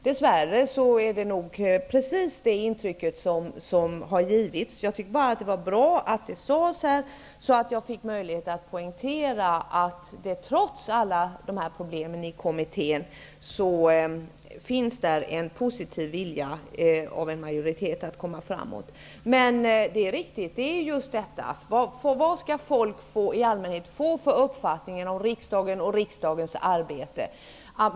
Dess värre är det nog precis det intrycket som har givits, och jag tycker att det var bra att det sades här, så att jag fick möjlighet att poängtera att trots alla problem i kommittén finns där en positiv vilja hos en majoritet att komma framåt. Men vad skall folk få för uppfattning om riksdagen och riksdagens arbete?